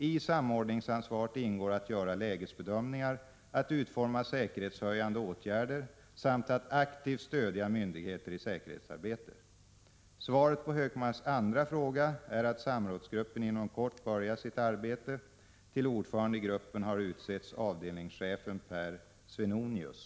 I samordningsansvaret ingår att göra lägesbedömningar, att utforma säkerhetshöjande åtgärder samt att aktivt stödja myndigheter i säkerhetsarbetet. Svaret på Hökmarks andra fråga är att samrådsgruppen inom kort börjar sitt arbete. Till ordförande i gruppen har utsetts avdelningschefen Per Svenonius.